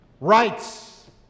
rights